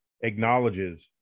acknowledges